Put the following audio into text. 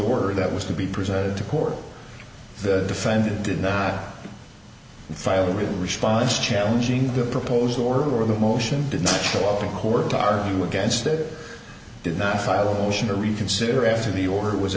order that was to be presented to court the defendant did not file a written response challenging the proposed order of the motion did not show up in court to argue against it did not file a motion to reconsider after the order was